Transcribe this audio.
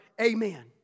Amen